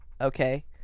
okay